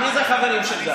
מי זה החברים של גנץ?